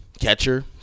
catcher